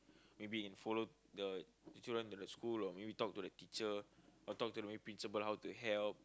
maybe in follow the children to the school or maybe talk to the teacher or talk to maybe principal how to help